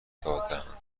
دادهاند